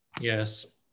Yes